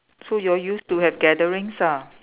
so you all used to have gatherings ah